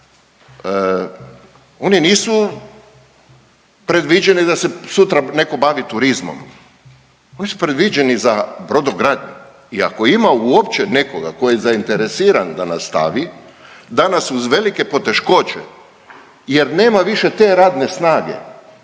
oni nisu predviđeni da se sutra netko bavi turizmom, oni su predviđeni za brodogradnju i ako ima uopće nekoga tko je zainteresiran da nastavi, danas uz velike poteškoće jer nema više te radne snage,